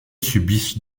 subissent